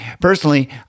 Personally